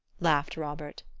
laughed robert.